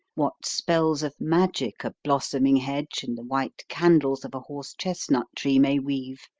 what spells of magic a blossoming hedge and the white candles of a horse-chestnut tree may weave,